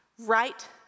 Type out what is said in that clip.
Right